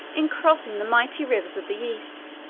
in crossing the mighty rivers of the east,